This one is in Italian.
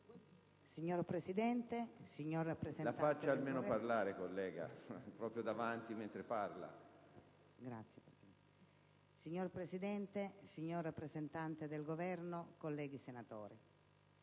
Signor Presidente, signor rappresentante del Governo colleghi senatori,